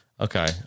Okay